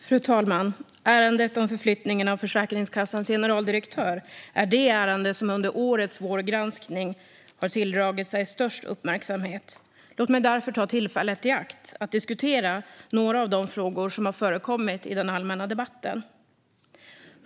Fru talman! Ärendet om förflyttningen av Försäkringskassans generaldirektör är det ärende som under årets vårgranskning tilldragit sig störst uppmärksamhet. Låt mig därför ta tillfället i akt att diskutera några av de frågor som förekommit i den allmänna debatten.